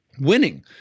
winning